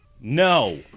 No